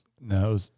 No